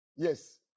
Yes